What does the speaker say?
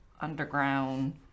underground